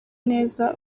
neza